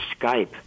Skype